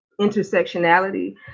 intersectionality